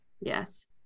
Yes